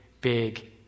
big